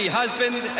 husband